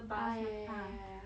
ah ya ya ya ya ya ya ya ya